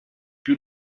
più